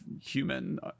human